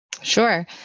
Sure